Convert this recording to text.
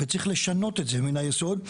וצריך לשנות את זה מן היסוד.